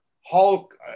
Hulk